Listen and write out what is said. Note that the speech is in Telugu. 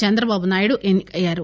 చంద్రబాబునాయుడు ఎన్ని కయ్యారు